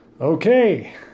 Okay